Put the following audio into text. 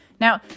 Now